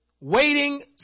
Waiting